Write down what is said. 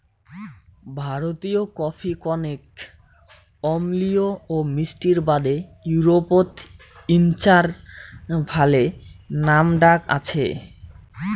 ভারতীয় কফি কণেক অম্লীয় ও মিষ্টির বাদে ইউরোপত ইঞার ভালে নামডাক আছি